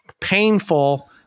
painful